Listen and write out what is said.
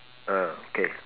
err okay